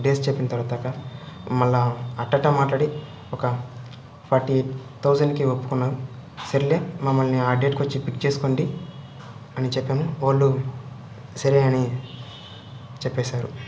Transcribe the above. days చెప్పిన తర్వాత మళ్ళా అట్టట్టా మాట్లాడి ఒక ఫార్టీ థౌసండ్కి ఒప్పుకున్నాము సర్లే మమ్మల్ని ఆ డేట్కి వచ్చి పిక్ చేసుకోండి అని చెప్పాము వాళ్ళు సరే అని చెప్పేశారు